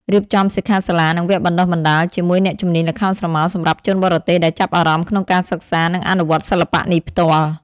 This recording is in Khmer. រៀបចំសិក្ខាសាលា និងវគ្គបណ្តុះបណ្តាល ជាមួយអ្នកជំនាញល្ខោនស្រមោល សម្រាប់ជនបរទេសដែលចាប់អារម្មណ៍ក្នុងការសិក្សា និងអនុវត្តសិល្បៈនេះផ្ទាល់។